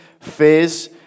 fears